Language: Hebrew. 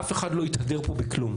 אף אחד לא התהדר פה בכלום.